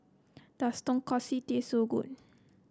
does Tonkatsu taste so good